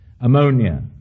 ammonia